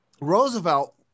Roosevelt